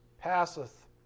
passeth